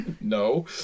No